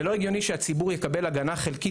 זה לא הגיוני שהציבור יקבל הגנה חלקית